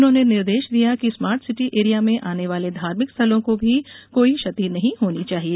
उन्होंने निर्देश दिये कि स्मार्ट सिटी एरिया में आने वाले धार्मिक स्थलों को कोई भी क्षति नहीं होनी चाहिए